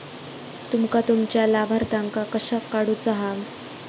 तुमका तुमच्या लाभार्थ्यांका कशाक काढुचा हा?